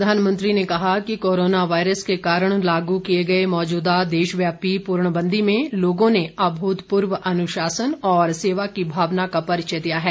प्रधानमंत्री ने कहा कि कोरोना वायरस के कारण लागू किए गए मौजूदा देशव्यापी पूर्णबंदी में लोगों ने अभूतपूर्व अनुशासन और सेवा की भावना का परिचय दिया है